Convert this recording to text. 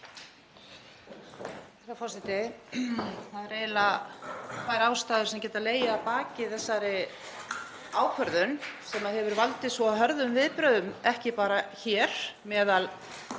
Það eru eiginlega tvær ástæður sem geta legið að baki þessari umræddu ákvörðun sem hefur valdið svo hörðum viðbrögðum, ekki bara meðal